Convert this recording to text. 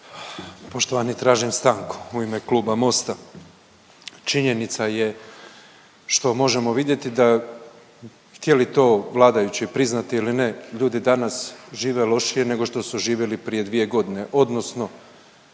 Poštovani tražim stanku u ime kluba Mosta. Činjenica je što možemo vidjeti da htjeli to vladajući priznati ili ne ljudi danas žive lošije nego što su živjeli prije dvije godine, odnosno